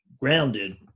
grounded